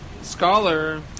scholar